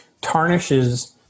tarnishes